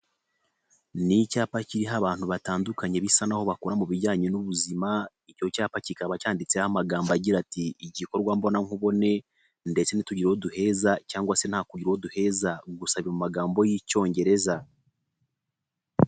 Ni icyapa kiriho abantu batandukanye bisa naho bakora mu bijyanye n'ubuzima, icyo cyapa kikaba cyanditseho amagambo agira ati ''Igikorwa mbona nkubone ndetse ntitugire uwo duheza cyangwa se nta kugira uwo duheza'' gusa biri mu magambo y'icyongereza.